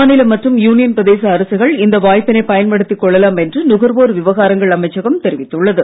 மாநில மற்றும் யூனியன் பிரதேச அரசுகள் இந்த வாய்ப்பினை பயன்படுத்திக் கொள்ளலாம் என்று நுகர்வோர் விவகாரங்கள் அமைச்சகம் தெரிவித்துள்ளது